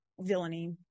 villainy